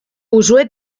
uxue